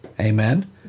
Amen